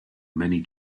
many